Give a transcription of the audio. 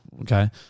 okay